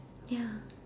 ya